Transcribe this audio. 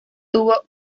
tuvo